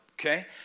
okay